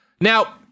Now